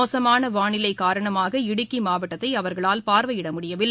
மோசமான வானிலை காரணமாக இடுக்கி மாவட்டத்தை அவர்களால் பார்வையிட முடியவில்லை